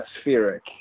atmospheric